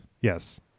Yes